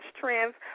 trends